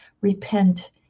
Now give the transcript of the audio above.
Repent